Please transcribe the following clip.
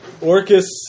Orcus